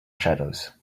shadows